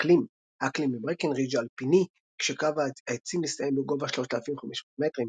אקלים האקלים בברקנרידג' אלפיני כשקו העצים מסתיים בגובה 3,500 מטרים.